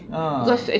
ah